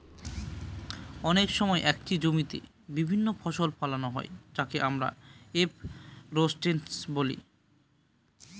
অনেক সময় একটি জমিতে বিভিন্ন ফসল ফোলানো হয় যাকে আমরা ক্রপ রোটেশন বলি